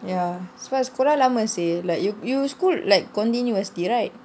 ya sebab sekolah lama seh like you you school like continuously right